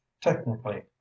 technically